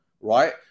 right